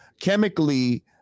chemically